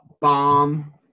bomb